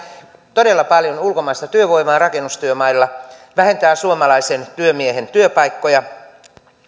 todella paljon ulkomaista työvoimaa rakennustyömailla vähentää suomalaisen työmiehen työpaikkoja